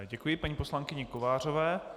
Děkuji paní poslankyni Kovářové.